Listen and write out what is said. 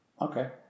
Okay